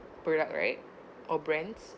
product right or brands